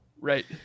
Right